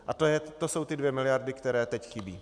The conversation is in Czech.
A to jsou ty dvě miliardy, které teď chybí.